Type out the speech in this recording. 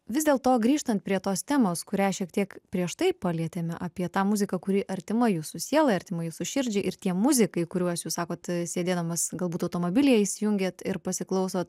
vis dėlto grįžtant prie tos temos kurią šiek tiek prieš tai palietėme apie tą muziką kuri artima jūsų sielai artima jūsų širdžiai ir tie muzikai kuriuos jūs sakot sėdėdamas galbūt automobilyje įsijungiat ir pasiklausot